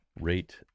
rate